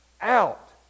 out